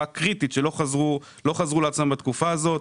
קריטית ולא חזרו לעצמם בתקופה הזאת.